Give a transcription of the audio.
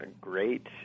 great